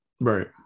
Right